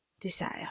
desire